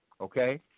Okay